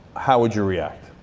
how would you react?